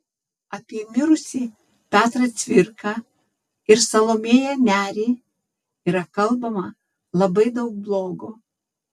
apie mirusį petrą cvirką ir salomėją nerį yra kalbama labai daug blogo